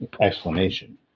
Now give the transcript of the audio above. explanation